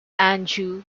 anjou